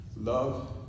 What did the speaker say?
Love